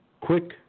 Quick